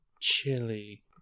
Chili